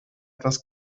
etwas